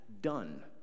done